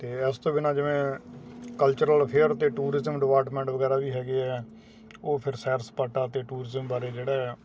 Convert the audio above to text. ਅਤੇ ਇਸ ਤੋਂ ਬਿਨਾਂ ਜਿਵੇਂ ਕਲਚਰਲ ਅਫੇਅਰ ਅਤੇ ਟੂਰਿਜਮ ਡਿਪਾਰਟਮੈਂਟ ਵਗੈਰਾ ਵੀ ਹੈਗੇ ਆ ਉਹ ਫਿਰ ਸੈਰ ਸਪਾਟਾ ਅਤੇ ਟੂਰਜਮ ਬਾਰੇ ਜਿਹੜਾ